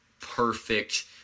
perfect